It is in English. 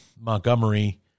Montgomery